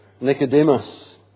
Nicodemus